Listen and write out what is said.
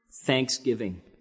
Thanksgiving